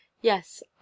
Yes